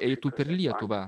eitų per lietuvą